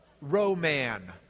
Roman